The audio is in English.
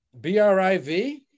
B-R-I-V